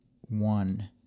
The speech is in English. one